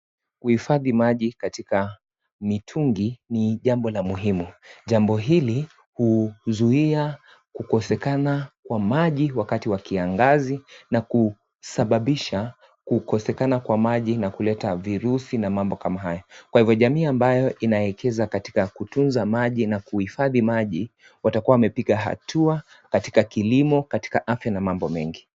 Kuhifadhi maji katika mitungi ni jambo la muhimu. Jambo hili huzuia kukozekana kwa maji wakati wa kiangazi na kusababisha kukosekana kwa maji na kuleta virusi na mambo kama hayo. Kwa hivyo jamii ambayo inaekeza katika kutunza maji na kuhifadhi maji watakuwa wamepiga hatua katika kilimo katika afya na mambo mengi.